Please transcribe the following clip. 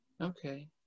Okay